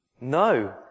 No